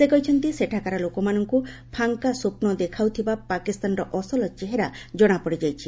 ସେ କହିଛନ୍ତି ସେଠାକାର ଲୋକମାନଙ୍କୁ ଫାଙ୍କା ସ୍ୱପ୍ନ ଦେଖାଉଥିବା ପାକିସ୍ତାନର ଅସଲ ଚେହେରା ଜଣାପଡ଼ିଯାଇଛି